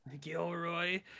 gilroy